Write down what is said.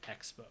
expo